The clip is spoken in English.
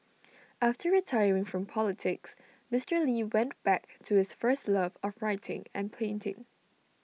after retiring from politics Mister lee went back to his first love of writing and painting